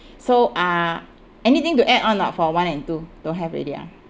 so uh anything to add on or not for one and two don't have already ah